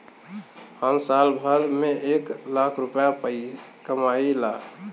हम साल भर में एक लाख रूपया कमाई ला